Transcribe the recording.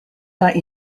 that